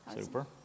Super